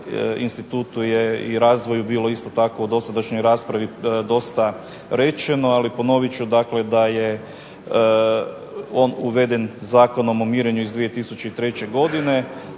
institutu je i razvoju bilo isto tako u dosadašnjoj raspravi dosta rečeno, ali ponovit ću dakle da je on uveden Zakonom o mirenju iz 2003. godine,